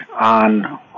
on